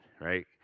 right